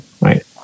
right